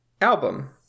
album